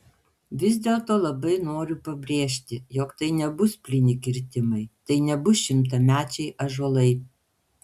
vis dėlto labai noriu pabrėžti jog tai nebus plyni kirtimai tai nebus šimtamečiai ąžuolai